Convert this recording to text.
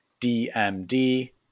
dmd